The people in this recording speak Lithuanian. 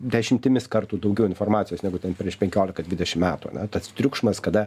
dešimtimis kartų daugiau informacijos negu ten prieš penkiolika dvidešim metų tas triukšmas kada